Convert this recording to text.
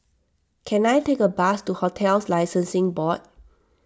can I take a bus to Hotels Licensing Board